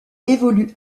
évolue